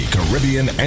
Caribbean